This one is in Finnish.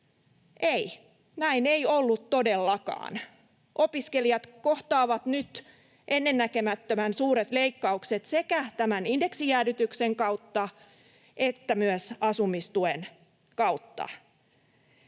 Ei, näin ei ollut todellakaan. Opiskelijat kohtaavat nyt ennennäkemättömän suuret leikkaukset sekä tämän indeksijäädytyksen kautta että myös asumistuen kautta.